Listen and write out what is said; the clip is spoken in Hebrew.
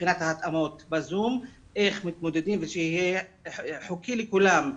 מבחינת ההתאמות בזום איך מתמודדים ושיהיה חוקי לכולם.